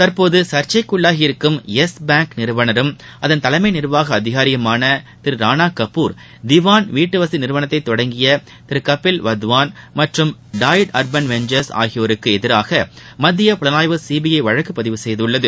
தற்போது சர்ச்சைக்குள்ளாகி இருக்கும் யெஸ் பாஙக் நிறுவனரும் அதன் தலைமை நிர்வாக அதிகாரியுமான திரு ரானா கபூர் திவான் வீட்டுவசதி நிறுவனத்தை தொடங்கிய திரு கபீல் வாதவான் மற்றம் டாயிட் ஹ்பன் வெஞ்சா்ஸ் ஆகியோருக்கு எதிராக மத்திய புலனாய்வு சிபிஐ வழக்கு பதிவு செய்துள்ளது